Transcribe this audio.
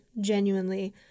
genuinely